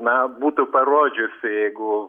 na būtų parodžiusi jeigu